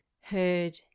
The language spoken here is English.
heard